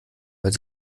weil